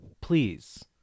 Please